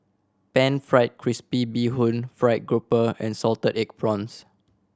Pan Fried Crispy Bee Hoon fried grouper and salted egg prawns